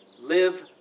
live